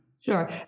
Sure